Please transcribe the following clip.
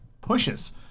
pushes